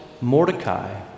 Mordecai